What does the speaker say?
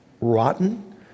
rotten